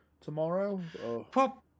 tomorrow